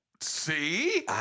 See